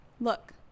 Look